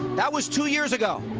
that was two years ago.